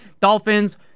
Dolphins